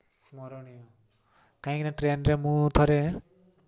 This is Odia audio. ସ୍ମରଣୀୟ କାହିଁକିନା ଟ୍ରେନ୍ରେ ମୁଁ ଥରେ